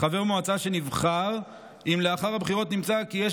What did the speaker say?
חבר מועצה שנבחר אם לאחר הבחירות נמצא כי יש